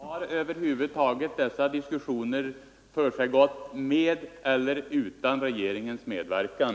Herr talman! Har över huvud taget dessa diskussioner försiggått med eller utan regeringens medverkan?